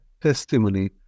testimony